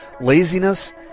Laziness